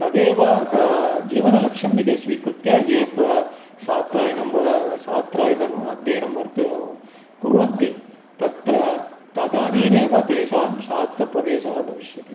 तदेव जीवनलक्ष्यम् इति स्वीकृत्य ये प शास्त्रायणं शास्त्राध्ययनम् अध्ययनं वर्त् कुर्वन्ति तत्र तदानीमेव तेषां शास्त्रप्रवेशः भविष्यति